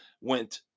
went